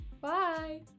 Bye